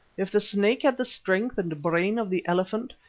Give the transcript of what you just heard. if the snake had the strength and brain of the elephant,